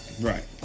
Right